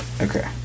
Okay